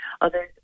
Others